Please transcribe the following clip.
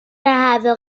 هذا